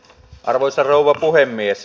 arvoisa rouva puhemies